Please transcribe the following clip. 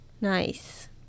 Nice